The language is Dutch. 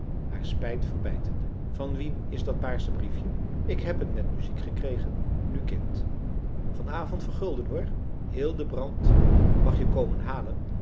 haar spijt verbijtende van wien is dat paarse briefje ik heb het met muziek gekregen nu kind van avond vergulden hoor hildebrand mag je komen halen